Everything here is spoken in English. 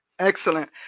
Excellent